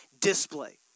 display